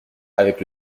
avec